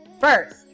First